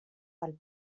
pel